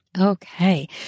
Okay